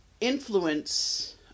influence